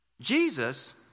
jesus